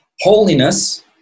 holiness